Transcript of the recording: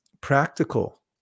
practical